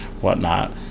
whatnot